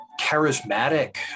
charismatic